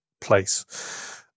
place